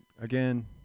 again